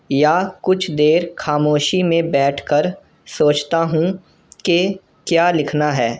یا کچھ دیر خاموشی میں بیٹھ کر سوچتا ہوں کہ کیا لکھنا ہے